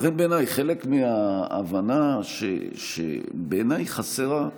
לכן, חלק מההבנה שבעיניי חסרה היא